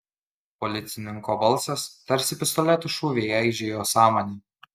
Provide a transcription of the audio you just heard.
policininko balsas tarsi pistoleto šūviai aižė jo sąmonę